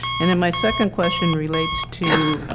and then my second question relates to